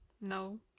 No